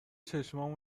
چشمام